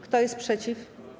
Kto jest przeciw?